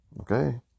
Okay